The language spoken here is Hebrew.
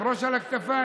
עם ראש על הכתפיים.